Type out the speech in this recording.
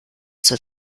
zur